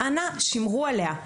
אנא, שימרו עליה.